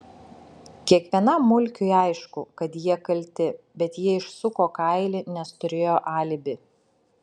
kiekvienam mulkiui aišku kad jie kalti bet jie išsuko kailį nes turėjo alibi